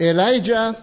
Elijah